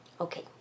Okay